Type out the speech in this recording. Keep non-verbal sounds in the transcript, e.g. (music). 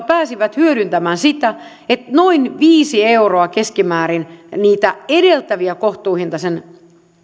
(unintelligible) pääsivät hyödyntämään sitä että noin viisi euroa keskimäärin niitä edeltäviä kohtuuhintaisen